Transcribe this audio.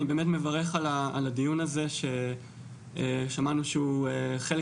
אני באמת מברך על הדיון הזה ששמענו שהוא חלק